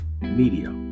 Media